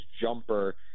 jumper